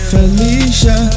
Felicia